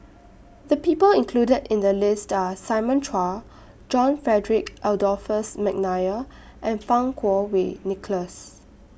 The People included in The list Are Simon Chua John Frederick Adolphus Mcnair and Fang Kuo Wei Nicholas